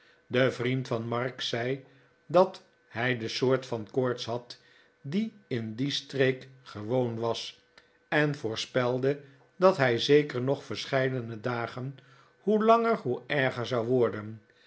de vriend van mark zei dat hij de soort van koorts had die in die streek gewoon was en voorspelde dat hij zeker nog verscheidene dagen hoe langer hoe erger zou worden